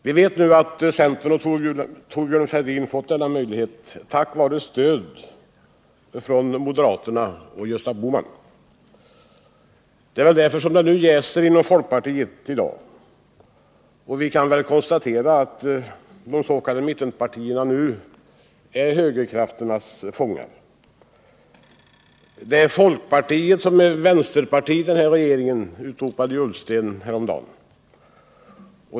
Vi vet nu att centern och Thorbjörn Fälldin fått denna möjlighet tack vare stöd från moderaterna och Gösta Bohman. Det är väl därför som det nu jäser inom folkpartiet i dag. Vi kan konstatera att de s.k. mittenpartierna nu är högerkrafternas fångar. ”Det är folkpartiet som är vänsterpartiet i den här regeringen”, utropade Ola Ullsten häromdagen.